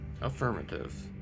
affirmative